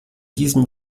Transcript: diesem